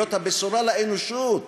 להיות הבשורה לאנושות,